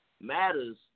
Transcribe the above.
matters